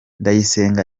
ndayisenga